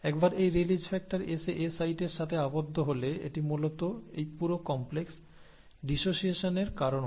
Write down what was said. একবার এই release factor এসে এ সাইটের সাথে আবদ্ধ হলে এটি মূলত এই পুরো কমপ্লেক্স ডিশোসিয়েশনের কারণ হয়